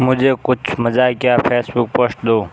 मुझे कुछ मज़ाकिया फेसबुक पोस्ट दो